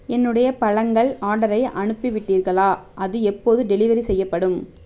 என்னுடைய பழங்கள் ஆர்டரை அனுப்பிவிட்டீர்களா அது எப்போது டெலிவரி செய்யப்படும்